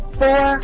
four